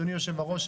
אדוני היושב-ראש,